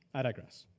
i digress.